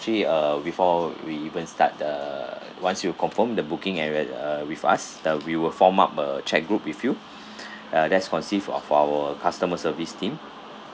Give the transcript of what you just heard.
actually uh before we even start the once you confirm the booking err uh with us then we will form up a chat group with you uh that's consist of our customer service team